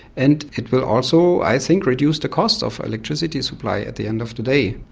and it will also i think reduce the cost of electricity supply at the end of the day.